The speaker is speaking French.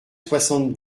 soixante